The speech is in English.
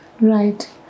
Right